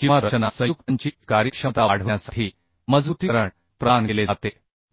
किंवा रचना संयुक्तांची कार्यक्षमता वाढविण्यासाठी मजबुतीकरण प्रदान केले जाते